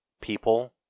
people